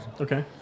Okay